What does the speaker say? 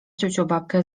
ciuciubabkę